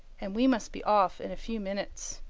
and we must be off in a few minutes.